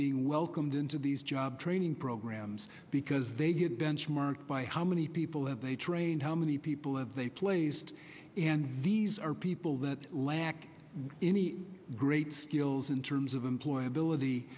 being welcomed into these job training programs because they get benchmark by how many people have they trained how many people have they placed and these are people that lack any great skills in terms of employability